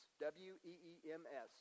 W-E-E-M-S